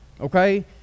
okay